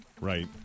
Right